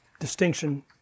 distinction